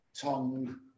Tong